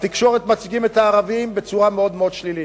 בתקשורת מציגים את הערבים בצורה מאוד שלילית.